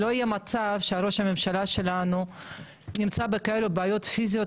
שלא יהיה מצב שראש הממשלה שלנו נמצא בכאלה בעיות פיזיות